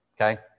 Okay